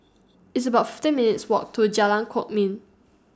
It's about fifty minutes' Walk to Jalan Kwok Min